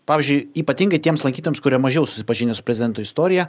pavyzdžiui ypatingai tiems lankytojams kurie mažiau susipažinę su prezidento istorija